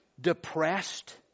depressed